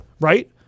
right